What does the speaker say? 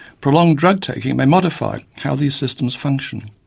prolonged drug taking may modify how these systems function,